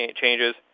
changes